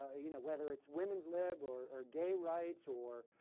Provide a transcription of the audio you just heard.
ah you know whether it's women's lib or or gay-rights or